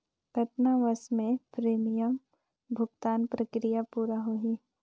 कतना वर्ष मे प्रीमियम भुगतान प्रक्रिया पूरा होही?